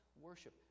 worship